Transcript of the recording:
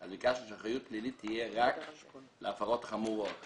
שהאחריות הפלילית תהיה רק על הפרות חמורות